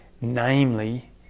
namely